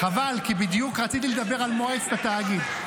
חבל, כי בדיוק רציתי לדבר על מועצת התאגיד.